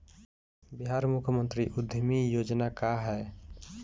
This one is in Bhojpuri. बिहार मुख्यमंत्री उद्यमी योजना का है?